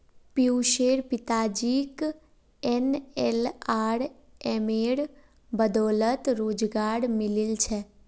पियुशेर पिताजीक एनएलआरएमेर बदौलत रोजगार मिलील छेक